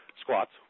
squats